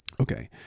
Okay